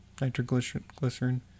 nitroglycerin